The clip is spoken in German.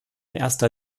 erster